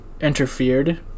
interfered